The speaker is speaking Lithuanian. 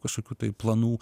kažkokių tai planų